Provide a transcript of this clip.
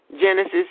Genesis